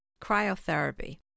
Cryotherapy